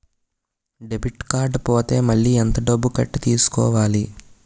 Debit card పోతే మళ్ళీ ఎంత డబ్బు కట్టి తీసుకోవాలి?